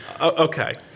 Okay